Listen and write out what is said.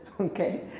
okay